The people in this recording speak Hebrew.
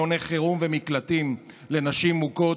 מעוני חירום ומקלטים לנשים מוכות,